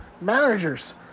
managers